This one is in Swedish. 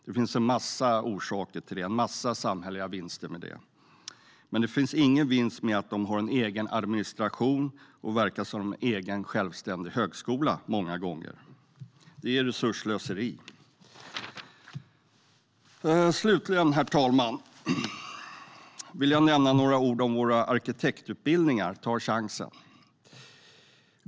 Det finns många skäl till det, och det finns en massa samhälleliga vinster med det. Men det finns många gånger ingen vinst med att de har egen administration och verkar som självständiga högskolor. Det är resursslöseri. Herr talman! Slutligen vill jag ta chansen att säga några ord om våra arkitektutbildningar.